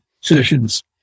sessions